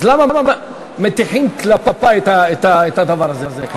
אז למה מטיחים כלפי את הדבר הזה?